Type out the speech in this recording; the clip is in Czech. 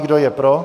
Kdo je pro?